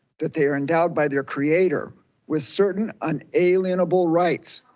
that they are endowed by their creator with certain unalienable rights.